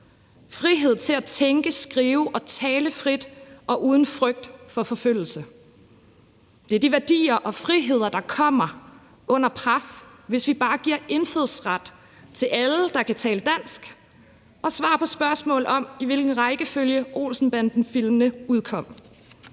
frihed til at tænke, skrive og tale frit og uden frygt for forfølgelse. Det er de værdier og friheder, der kommer under pres, hvis vi bare giver indfødsret til alle, der kan tale dansk og svare på spørgsmål om, i hvilken rækkefølge Olsen-banden-filmene udkom